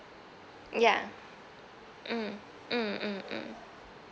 ya mm mm mm